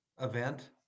event